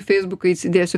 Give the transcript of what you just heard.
feisbuką įsidėsiu